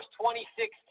2016